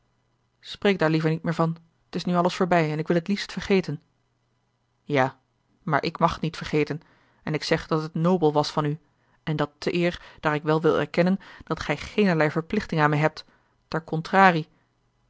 spreek daar liever niet meer van t is nu alles voorbij en ik wil het liefst vergeten ja maar ik mag het niet vergeten en ik zeg dat het nobel was van u en dat te eer daar ik wel wil erkennen dat gij geenerlei verplichting aan mij hebt ter contrarie